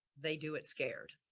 they do it scared.